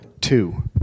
two